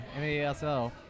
NASL